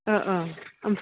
ओ ओ